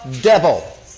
devil